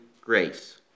grace